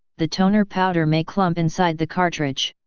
the toner powder may clump inside the cartridge.